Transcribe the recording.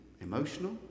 emotional